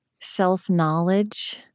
self-knowledge